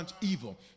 evil